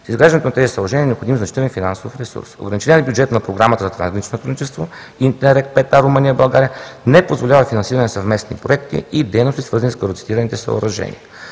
За изграждането на тези съоръжения е необходим значителен финансов ресурс. Ограниченият бюджет на Програмата за трансгранично сътрудничество „Интеррег V-A Румъния – България“ не позволява финансиране на съвместни проекти и дейности, свързани с горецитираните съоръжения.